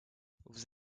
vous